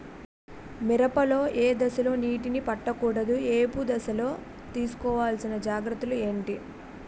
మిరప లో ఏ దశలో నీటినీ పట్టకూడదు? ఏపు దశలో తీసుకోవాల్సిన జాగ్రత్తలు ఏంటి?